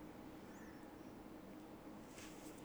ya basically